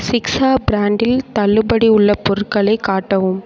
சிக்சா பிராண்டில் தள்ளுபடி உள்ள பொருட்களை காட்டவும்